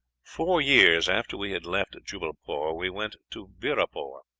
four years after we had left jubbalpore we went to beerapore.